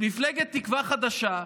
מפלגת תקווה חדשה,